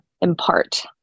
impart